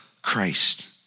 Christ